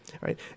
right